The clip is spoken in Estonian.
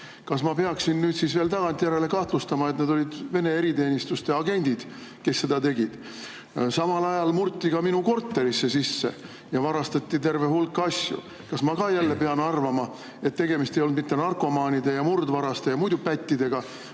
Kas ma peaksin nüüd veel tagantjärele kahtlustama, et need olid Vene eriteenistuse agendid, kes seda tegid? Samal ajal murti ka minu korterisse sisse ja varastati terve hulk asju. Kas ma pean jälle arvama, et tegemist ei olnud mitte narkomaanide, murdvaraste ja muidu pättidega,